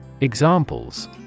Examples